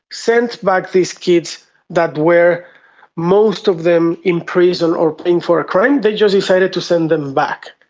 sent back these kids that were most of them in prison or paying for a crime, they just decided to send them back.